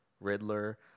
Riddler